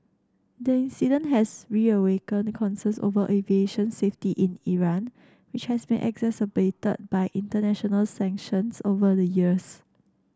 the incident has reawakened concerns over aviation safety in Iran which has been exacerbated by international sanctions over the years